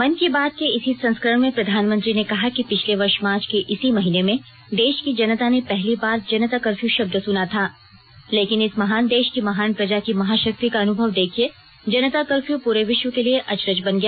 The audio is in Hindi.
मन की बात के इसी संस्करण में प्रधानमंत्री ने कहा कि पिछले वर्ष मार्च के इसी महीने में देश की जनता ने पहली बार जनता कर्फ्यू शब्द सुना था लेकिन इस महान देश की महान प्रजा की महाशक्ति का अनुभव देखिये जनता कर्फ्यू पूरे विश्व के लिए अचरज बन गया